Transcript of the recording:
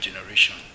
generation